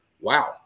Wow